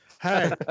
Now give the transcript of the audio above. Hey